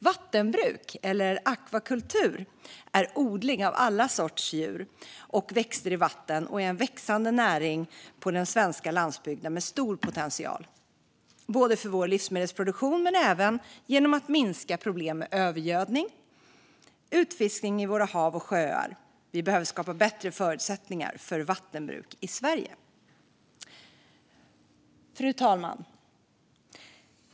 Vattenbruk, eller akvakultur, är odling av alla sorters djur och växter i vatten och är en växande näring på den svenska landsbygden med stor potential både för vår livsmedelsproduktion och genom att den minskar problem med övergödning och utfiskning i våra hav och sjöar. Vi behöver skapa bättre förutsättningar för vattenbruk i Sverige. Fru talman!